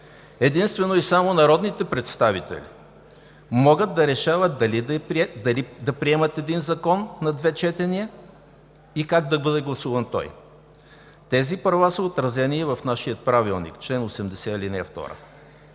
„Единствено и само народните представители могат да решават дали да приемат един закон на две четения и как да бъде гласуван той“. Тези права са отразени и в нашия Правилник – чл. 80, ал. 2.